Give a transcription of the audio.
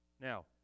Now